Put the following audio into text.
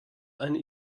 eine